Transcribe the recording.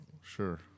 Sure